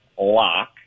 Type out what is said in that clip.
lock